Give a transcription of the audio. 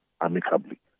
amicably